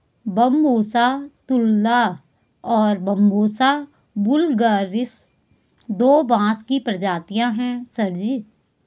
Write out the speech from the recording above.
Bambusa tulda और Bambusa vulgaris दो बांस की प्रजातियां हैं सर जी